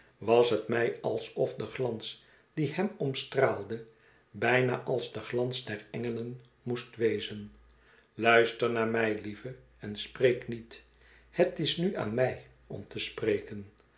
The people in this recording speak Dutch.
was het mij alsof de glans die hem omstraalde bijna als de glans der engelen moest wezen luister naar mij lieve en spreek niet het is nu aan mij om te spreken